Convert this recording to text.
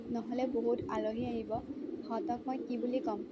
নহ'লে বহুত আলহী আহিব সিহঁতক মই কি বুলি ক'ম